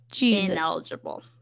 ineligible